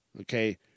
Okay